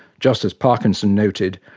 just as parkinson noted,